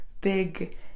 big